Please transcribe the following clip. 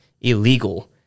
illegal